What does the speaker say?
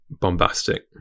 bombastic